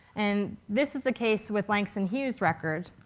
and this is the case with langston hughes's record.